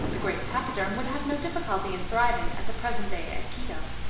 the great pachyderm would have no difficulty in thriving at the present day at quito,